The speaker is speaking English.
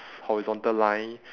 horizontal line